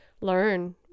learn